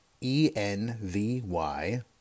E-N-V-Y